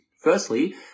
Firstly